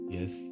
Yes